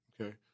Okay